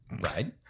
Right